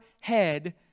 head